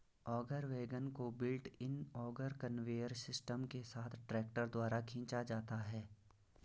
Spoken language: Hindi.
ऑगर वैगन को built in auger conveyor system के साथ ट्रैक्टर द्वारा खींचा जाता है